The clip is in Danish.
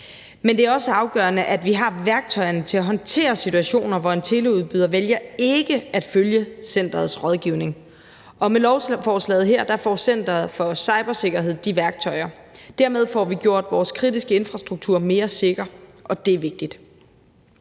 Men det er også afgørende, at vi har værktøjerne til at håndtere situationer, hvor en teleudbyder vælger ikke at følge centerets rådgivning, og med lovforslaget her får Center for Cybersikkerhed de værktøjer. Dermed får vi gjort vores kritiske infrastruktur mere sikker, og det er vigtigt.